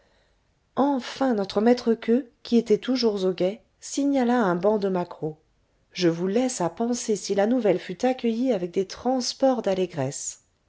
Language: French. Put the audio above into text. enfin notre maître queux qui était toujours au guet signala un banc de maquereaux je vous laisse à penser si la nouvelle fut accueillie avec des transports d'allégresse